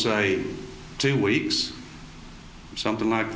say two weeks something like